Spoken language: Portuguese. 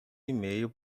email